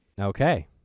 Okay